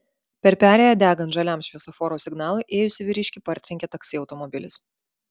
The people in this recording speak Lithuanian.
per perėją degant žaliam šviesoforo signalui ėjusį vyriškį partrenkė taksi automobilis